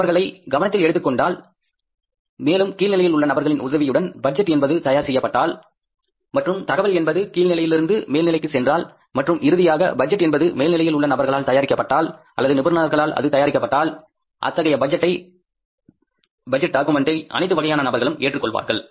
அவர்களை கவனத்தில் எடுத்துக் கொண்டால் மேலும் கீழ்நிலையில் உள்ள நபர்களின் உதவியுடன் பட்ஜெட் என்பது தயார்செய்யப்பட்டாள் மற்றும் தகவல் என்பது கீழ் நிலையிலிருந்து மேல் நிலைக்கு சென்றாள் மற்றும் இறுதியாக பட்ஜெட் என்பது மேல்நிலையில் உள்ள நபர்களால் தயாரிக்கப்பட்டால் அல்லது நிபுணர்களால் அது தயாரிக்கப்பட்டால் அத்தகைய பட்ஜெட்டை டாக்குமெண்ட்டை அனைத்து வகையான நபர்களும் ஏற்றுக்கொள்வார்கள்